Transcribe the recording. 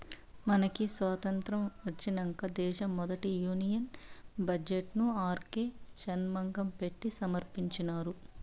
మనకి సాతంత్రం ఒచ్చినంక దేశ మొదటి యూనియన్ బడ్జెట్ ను ఆర్కే షన్మగం పెట్టి సమర్పించినారు